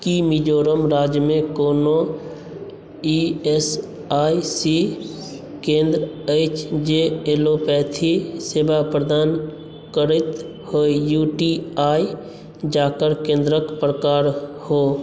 की मिजोरम राज्यमे कोनो E S I C केन्द्र अछि जे एलोपैथी सेवा प्रदान करैत होइ यू टी आई जाकर केन्द्रक प्रकार हो